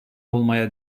olmaya